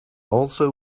also